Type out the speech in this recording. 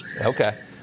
Okay